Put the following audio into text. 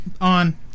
on